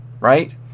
right